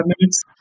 minutes